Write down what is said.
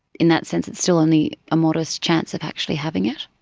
in that sense it's still only a modest chance of actually having it?